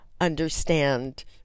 understand